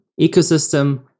ecosystem